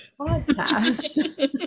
podcast